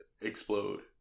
explode